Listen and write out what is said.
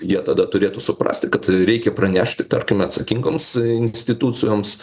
jie tada turėtų suprasti kad reikia pranešti tarkim atsakingoms institucijoms